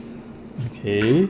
okay